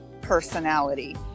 personality